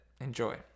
Enjoy